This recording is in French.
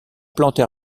plantes